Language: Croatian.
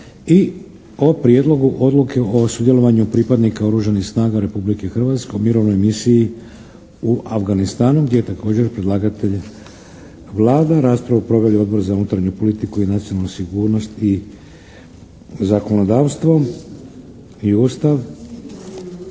I o Prijedlogu odluke o sudjelovanju pripadnika Oružanih snaga Republike Hrvatske u Mirovnoj misiji u Afganistanu gdje je također predlagatelj Vlada. Raspravu proveli odbor za unutarnju politiku i nacionalnu sigurnost i zakonodavstvo i Ustav.